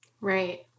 Right